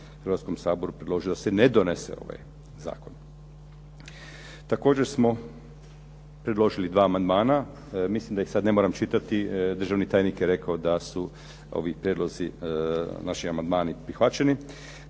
Hrvatskom saboru predloži da se ne donese ovaj zakon. Također smo predložili dva amandmana. Mislim da ih sad ne moram čitati. Državni tajnik je rekao da su ovi prijedlozi, naši amandmani prihvaćeni.